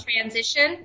transition